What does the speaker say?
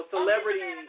celebrity